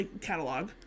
catalog